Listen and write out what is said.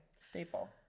staple